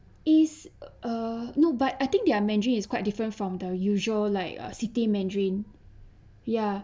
is uh no but I think their mandarin is quite different from the usual like uh city mandarin ya